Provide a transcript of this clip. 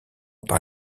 par